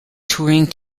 touring